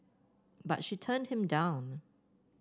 but she turned him down